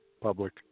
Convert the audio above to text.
public